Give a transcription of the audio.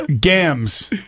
Gams